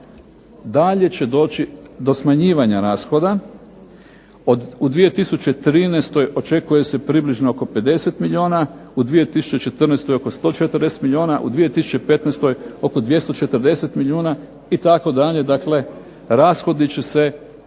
dalje će doći do smanjivanja rashoda. U 2013. očekuje se približno oko 50 milijuna, u 2014. oko 140 milijuna, u 2015. oko 240 milijuna itd., dakle rashodi će se